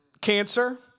cancer